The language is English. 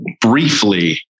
briefly